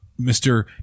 Mr